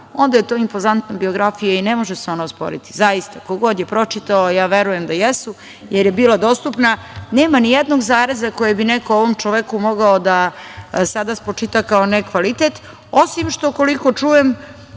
onda je to impozantna biografija i ne može se ona osporiti. Zaista, ko god da je pročitao, a ja verujem da jesu, jer je bila dostupna, nema ni jednog zareza koje bi neko ovom čoveku mogao sada da spočita kao nekvalitet, osim što ukoliko čujem